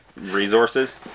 resources